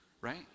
Right